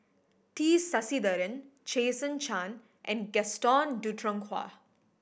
T Sasitharan Jason Chan and Gaston Dutronquoy